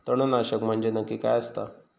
तणनाशक म्हंजे नक्की काय असता?